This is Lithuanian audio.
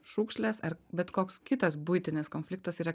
šiukšlės ar bet koks kitas buitinis konfliktas yra